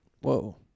Whoa